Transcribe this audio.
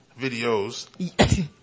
videos